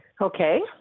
Okay